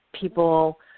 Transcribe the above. people